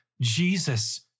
Jesus